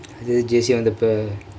அது:athu J_C வந்தப்ப:vandthappa